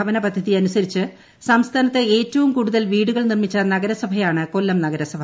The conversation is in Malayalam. ഭവന പദ്ധതിയനുസരിച്ച് സംസ്ഥാനത്ത് ഏറ്റവും കൂടുതൽ വീടുകൾ നിർമ്മിച്ച നഗരസഭയാണ് കൊല്ലം നഗരസഭ